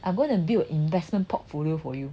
I'm going to build investment portfolio for you